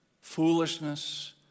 foolishness